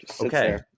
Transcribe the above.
Okay